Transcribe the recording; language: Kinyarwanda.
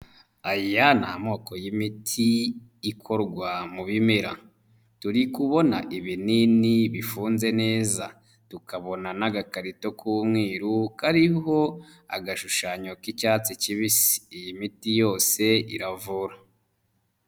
Aya ni amoko y'imiti ikorwa mu bimera, turi kubona ibinini bifunze neza, tukabona n'agakarito k'umweru kariho agashushanyo k'icyatsi kibisi. Iyi miti yose iravura.